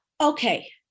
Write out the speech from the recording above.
Okay